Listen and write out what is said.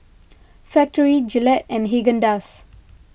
Factorie Gillette and Haagen Dazs